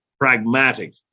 pragmatic